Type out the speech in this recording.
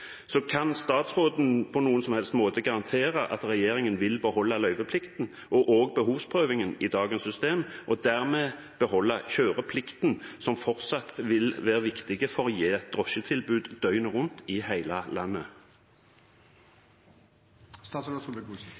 Kan statsråden på noen som helst måte garantere at regjeringen vil beholde løyveplikten og behovsprøvingen i dagens system, og dermed beholde kjøreplikten, som fortsatt vil være viktig for å gi et drosjetilbud døgnet rundt i hele landet?